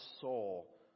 soul